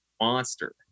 monster